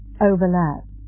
overlap